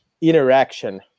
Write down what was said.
interaction